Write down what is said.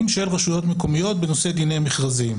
של רשויות מקומיות בנושא דיני מכרזים.